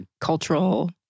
cultural